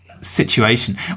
situation